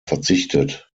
verzichtet